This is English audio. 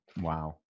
Wow